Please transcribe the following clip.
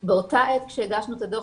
באותה עת כשהגשנו את הדו"ח,